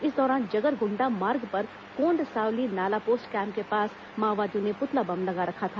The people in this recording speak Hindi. इस दौरान जगरगुंडा मार्ग पर कोंडसावली नाला पोस्ट कैम्प के पास माओवादियों ने पुतला बम लगा रखा था